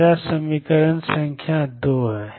यह मेरा समीकरण संख्या 2 है